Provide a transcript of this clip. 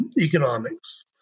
economics